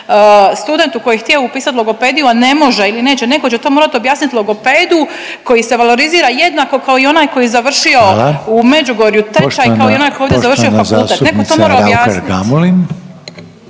studentu koji je htio upisati logopediju, a ne može ili neće, netko će to morat objasnit logopedu koji se valorizira jednako kao onaj koji je završio u .../Upadica: Hvala./... Međugorju tečaj kao i onaj tko je ovdje završio fakultet. .../Upadica: